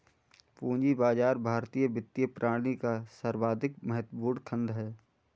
पूंजी बाजार भारतीय वित्तीय प्रणाली का सर्वाधिक महत्वपूर्ण खण्ड है